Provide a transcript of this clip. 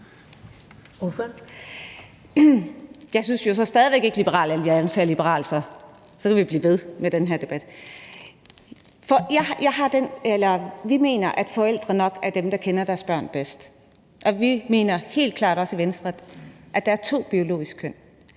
Jeg synes jo så stadig væk ikke, at Liberal Alliance er liberalt, og sådan kan vi blive ved med den her debat. Vi mener, at forældre nok er dem, der kender deres børn bedst, og vi mener i Venstre også helt klart, at der er to biologiske køn.